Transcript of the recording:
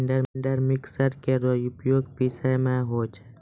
grinder mixer केरो उपयोग पिसै म होय छै